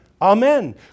Amen